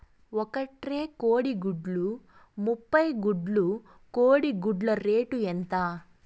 ఒక ట్రే కోడిగుడ్లు ముప్పై గుడ్లు కోడి గుడ్ల రేటు ఎంత?